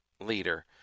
Leader